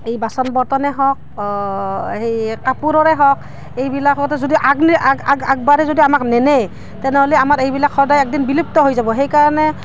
এই বাচন বৰ্তনে হওক সেই কাপোৰৰে হওক এইবিলাকতো যদি আগ আগ আগবাঢ়ে যদি আমাক নেনে তেনেহ'লি আমাৰ এইবিলাক সদায় একদিন বিলুপ্ত হৈ যাব সেইকাৰণে